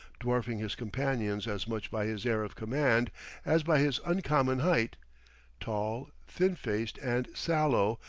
dwarfing his companions as much by his air of command as by his uncommon height tall, thin-faced and sallow,